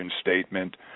statement